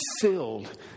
filled